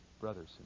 brothers